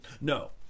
no